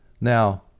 Now